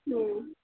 ಹೂಂ